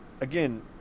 again